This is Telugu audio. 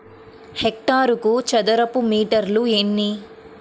హెక్టారుకు చదరపు మీటర్లు ఎన్ని?